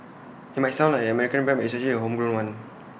IT might sound like an American brand but it's actually A homegrown one